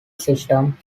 system